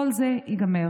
כל זה ייגמר.